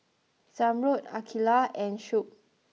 Zamrud Aqilah and Shuib